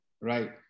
right